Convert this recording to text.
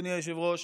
אדוני היושב-ראש,